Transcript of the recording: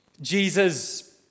Jesus